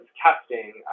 testing